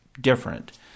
different